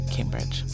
Cambridge